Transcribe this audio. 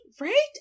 right